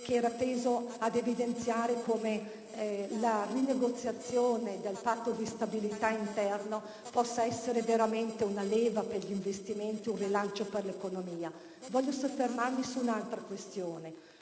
teso ad evidenziare come la rinegoziazione del Patto di stabilità interno possa essere veramente una leva per gli investimenti e uno strumento di rilancio per l'economia. Voglio soffermarmi su un'altra questione.